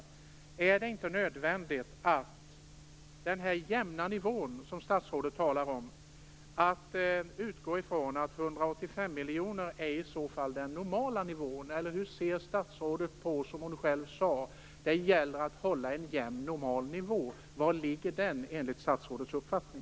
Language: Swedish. När det gäller den jämna nivå som statsrådet talade om, är det inte nödvändigt att utgå från att 185 miljonersnivån är den normala nivån? Eller var ligger den jämna normala nivån enligt statsrådet uppfattning?